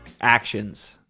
actions